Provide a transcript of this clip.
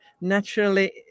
naturally